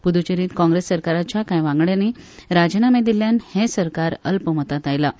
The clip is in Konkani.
पुदुचेरींत काँग्रेस सरकाराच्या कांय वांगड्यांनी राजिनामे दिल्ल्यान हें सरकार अल्पमतांत आयिलां